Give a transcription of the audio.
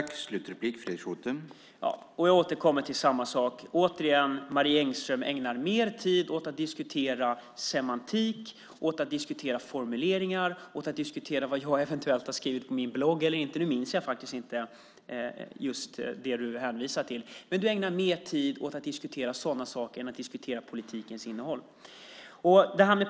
Herr talman! Jag återkommer till samma sak. Marie Engström ägnar återigen tid åt att diskutera semantik och formuleringar och vad jag eventuellt har skrivit på min blogg. Jag minns faktiskt inte det du hänvisar till. Du ägnar mer tid åt att diskutera sådana saker än att diskutera politikens innehåll.